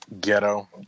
Ghetto